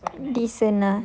decent lah